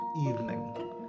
evening